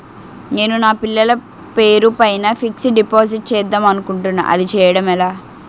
నేను నా పిల్లల పేరు పైన ఫిక్సడ్ డిపాజిట్ చేద్దాం అనుకుంటున్నా అది చేయడం ఎలా?